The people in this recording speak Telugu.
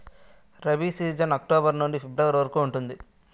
రబీ సీజన్ అక్టోబర్ నుండి ఫిబ్రవరి వరకు ఉంటుంది